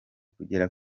kugera